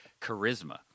charisma